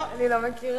אני לא מכירה,